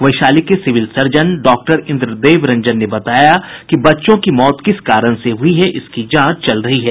वैशाली के civil surgeon doctor Indradev Ranjan ने बताया कि बच्चों की मौत किस कारण से हुई है इसकी जांच चल रही है